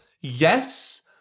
Yes